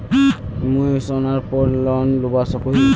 मुई सोनार पोर लोन लुबा सकोहो ही?